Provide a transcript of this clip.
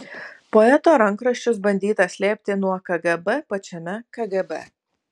poeto rankraščius bandyta slėpti nuo kgb pačiame kgb